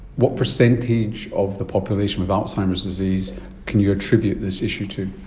what percentage of the population with alzheimer's disease can you attribute this issue to,